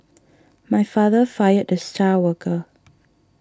my father fired the star worker